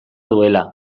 duela